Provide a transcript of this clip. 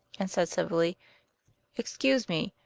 and said civilly excuse me.